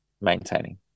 maintaining